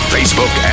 Facebook